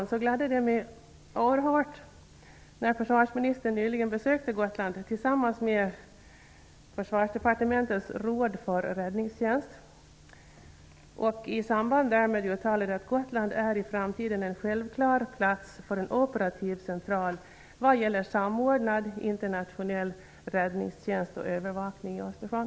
Därför gladde det mig oerhört när försvarsministern nyligen besökte Gotland tillsammans med Försvarsdepartementets råd för räddningstjänst och i samband därmed uttalade att Gotland i framtiden är en självklar plats för en operativ central vad gäller samordnad inernationell räddningstjänst och övervakning i Östersjön.